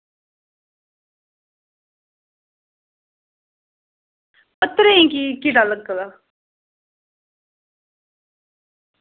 पर इनें कियां कीड़ा लग्गे दा